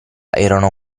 era